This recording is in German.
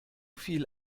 viel